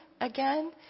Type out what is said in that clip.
again